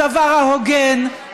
הדבר ההוגן,